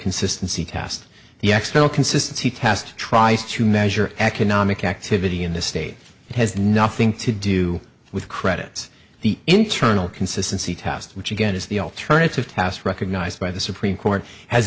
accidental consistency test tries to measure economic activity in this state it has nothing to do with credits the internal consistency test which again is the alternative task recognized by the supreme court has